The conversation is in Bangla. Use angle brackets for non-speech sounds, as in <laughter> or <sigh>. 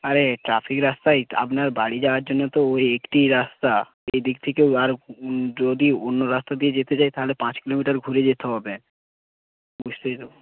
আরে ট্র্যাফিক রাস্তায় <unintelligible> আপনার বাড়ি যাওয়ার জন্য তো ওই একটিই রাস্তা এদিক থেকেও আর যদি অন্য রাস্তা দিয়ে যেতে চাই তাহলে পাঁচ কিলোমিটার ঘুরে যেতে হবে বুঝতেই তো